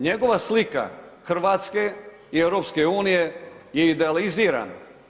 Njegova slika Hrvatske i EU je idealizirana.